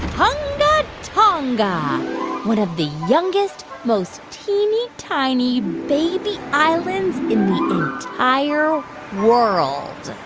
hunga tonga one of the youngest, most teeny-tiny baby islands in the entire world